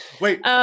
Wait